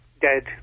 dead